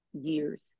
years